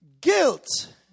Guilt